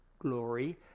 glory